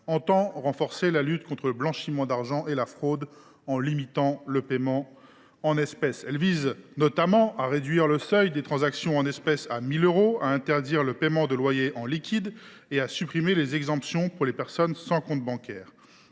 vise à renforcer la lutte contre le blanchiment d’argent et la fraude en limitant les paiements en espèces. Elle tend notamment à réduire le seuil des transactions en espèces à 1 000 euros, à interdire le paiement des loyers en liquide et à supprimer les exemptions pour les personnes sans compte bancaire.